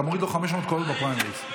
אתה מוריד לו 500 קולות בפריימריז.